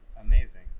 Amazing